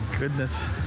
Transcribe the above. Goodness